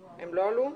הן לא בזום?